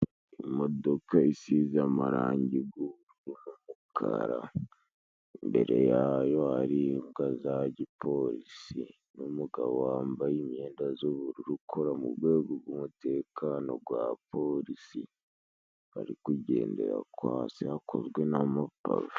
Imodoka isize amarangi g'umukara, imbere yayo hari imbwa za gipolisi n'umugabo wambaye imyenda z'ubururu ukora mu rwego rw'umutekano gwa polisi, bari kugendera kwa hasi hakozwe n'amapave.